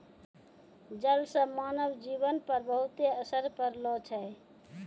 जल से मानव जीवन पर बहुते असर पड़लो छै